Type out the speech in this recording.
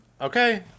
Okay